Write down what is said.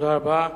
תודה רבה.